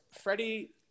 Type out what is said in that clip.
Freddie